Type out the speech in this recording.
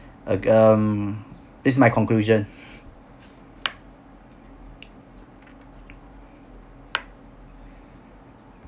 uh um is my conclusion